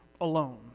alone